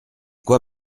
quoi